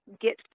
get